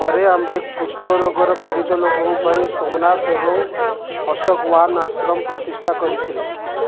ପରେ ଆମ୍ଭେ କୁଷ୍ଠ ରୋଗରେ ପୀଡ଼ିତ ଲୋକଙ୍କ ପାଇଁ ସୋମନାଥ ଏବଂ ଅଶୋକୱାନ ଆଶ୍ରମ ପ୍ରତିଷ୍ଠା କରିଥିଲେ